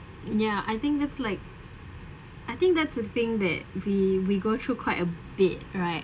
ya I think that's like I think that's the thing that we we go through quite a bit right